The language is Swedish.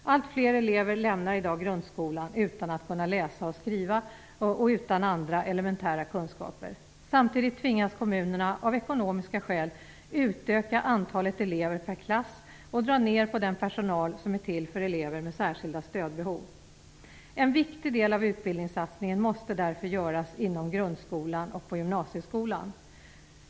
Alltfler elever lämnar i dag grundskolan utan att kunna läsa och skriva och utan andra elementära kunskaper. Samtidigt tvingas kommunerna av ekonomiska skäl utöka antalet elever per klass och dra ned på den personal som är till för elever med särskilda stödbehov. En viktig del av utbildningssatsningen måste därför göras inom grundskolan och gymnasieskolan.